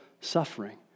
suffering